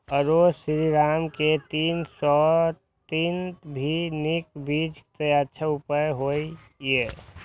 आरो श्रीराम के तीन सौ तीन भी नीक बीज ये अच्छा उपज होय इय?